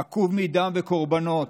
עקוב מדם וקורבנות,